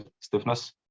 stiffness